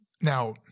now